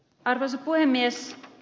arvoisa puhemies